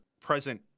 present